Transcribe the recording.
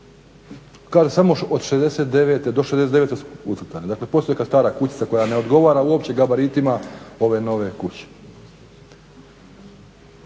Kaže samo do '69. su ucrtane, dakle postoji neka stara kućica koja ne odgovara uopće gabaritima ove nove kuće.